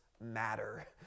matter